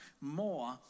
more